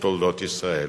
בתולדות ישראל,